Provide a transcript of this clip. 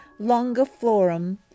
longiflorum